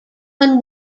one